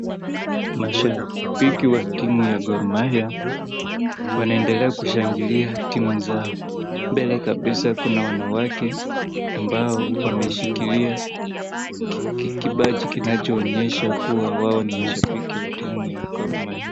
Mashabiki wa timu ya Gor Mahia wanaendelea kushangilia timu zao. Mbele kabisa kuna wanawake ambao wameshikilia kibachi kinachoonyesha kuwa wao ni mashabiki wa timu ya Gor Mahia.